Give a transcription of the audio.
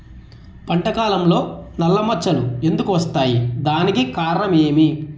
పంట కాలంలో నల్ల మచ్చలు ఎందుకు వస్తాయి? దానికి కారణం ఏమి?